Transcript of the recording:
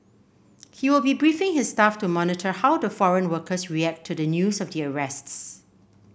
he will be briefing his staff to monitor how the foreign workers react to the news of the arrests